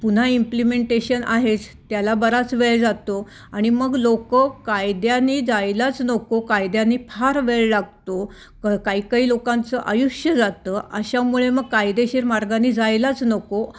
पुन्हा इम्प्लिमेंटेशन आहेच त्याला बराच वेळ जातो आणि मग लोक कायद्याने जायलाच नको कायद्याने फार वेळ लागतो क काही काही लोकांचं आयुष्य जातं अशामुळे मग कायदेशीर मार्गाने जायलाच नको